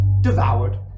devoured